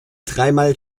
dreimal